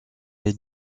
les